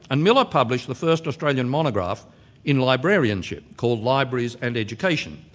and miller published the first australian monograph in librarianship called libraries and education,